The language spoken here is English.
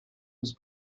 was